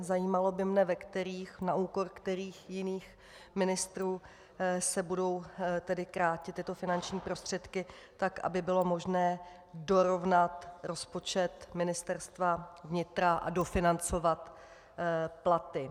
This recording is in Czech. Zajímalo by mne, ve kterých, na úkor kterých jiných ministrů se budou krátit tyto finanční prostředky tak, aby bylo možné dorovnat rozpočet Ministerstva vnitra a dofinancovat platy.